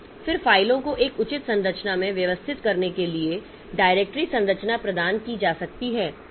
फिर फ़ाइलों को एक उचित संरचना में व्यवस्थित करने के लिए डायरेक्टरी संरचना प्रदान की जा सकती है